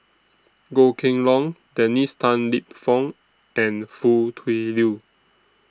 Goh Kheng Long Dennis Tan Lip Fong and Foo Tui Liew